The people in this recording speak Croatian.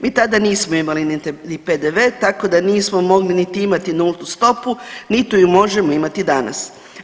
Mi tada nismo imali ni PDV tako da nismo niti mogli imati nultu stopu, niti ju možemo imati danas.